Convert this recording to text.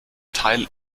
teil